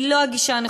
היא לא הגישה הנכונה.